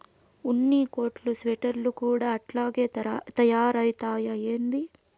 ఉన్ని కోట్లు స్వెటర్లు కూడా అట్టాగే తయారైతయ్యా ఏంది